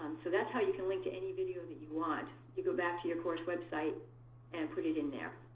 so that's how you can link to any video that you want. you go back to your course website and put it in there.